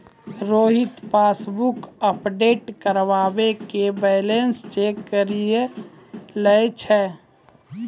Rohit passbook update करबाय के balance check करि लै छै